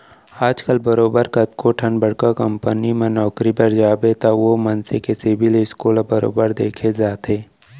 आजकल बरोबर कतको ठन बड़का कंपनी म नौकरी बर जाबे त ओ मनसे के सिविल स्कोर ल बरोबर देखे जाथे